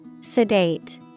Sedate